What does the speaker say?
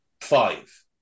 five